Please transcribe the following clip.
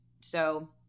So-